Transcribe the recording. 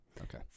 Okay